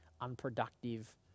unproductive